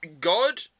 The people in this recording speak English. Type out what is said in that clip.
God